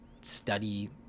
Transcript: study